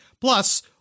Plus